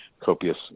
copious